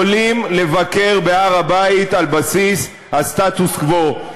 יכולים לבקר בהר-הבית על בסיס הסטטוס-קוו.